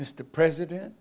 mr president